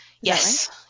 yes